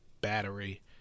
battery